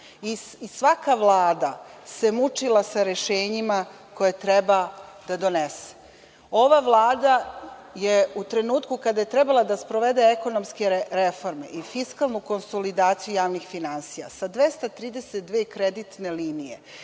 Svaka Vlada se mučila sa rešenjima koje treba da donese. Ova Vlada je u trenutku kada je trebala da sprovede ekonomske reforme i fiskalnu konsolidaciju javnih finansija sa 232 kreditne linije,